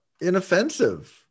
Inoffensive